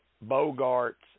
Bogart's